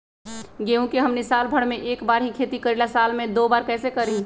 गेंहू के हमनी साल भर मे एक बार ही खेती करीला साल में दो बार कैसे करी?